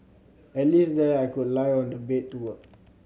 at least there I could lie on the bed to work